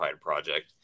project